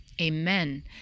Amen